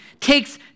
takes